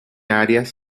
áreas